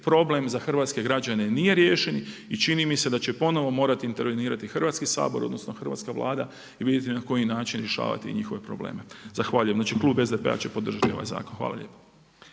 problem za hrvatske građane nije riješen i čini mi se da će ponovo morati intervenirati Hrvatski sabor, odnosno hrvatska Vlada i vidjeti na koji način rješavati njihove probleme. Zahvaljujem. Znači klub SDP-a će podržati ovaj zakon. Hvala lijepo.